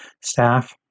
staff